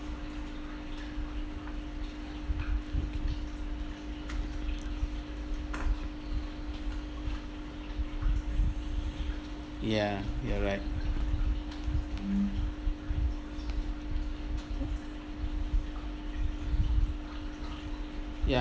ya you're right ya